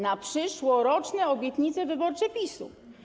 Na przyszłoroczne obietnice wyborcze PiS-u.